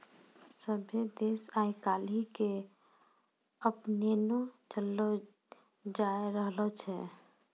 सभ्भे देश आइ काल्हि के अपनैने चललो जाय रहलो छै